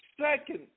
second